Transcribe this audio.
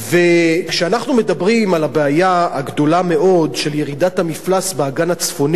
וכשאנחנו מדברים על הבעיה הגדולה מאוד של ירידת המפלס באגן הצפוני,